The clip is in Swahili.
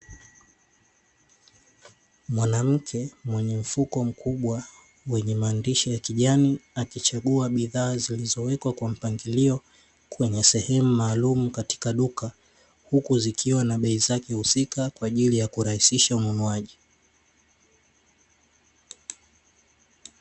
Mwanamke mwenye mfuko mkubwa wenye maandishi ya kijani, akichagua bidhaa zilizowekwa kwa mpangilio kwenye sehemu maalumu katika duka, huku zikiwa na bei zake husika kwa ajili ya kurahisisha ununuaji.